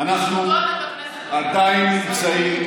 בזכותו את בכנסת, אנחנו עדיין נמצאים,